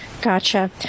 Gotcha